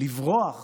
לברוח